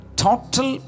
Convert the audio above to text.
total